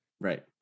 right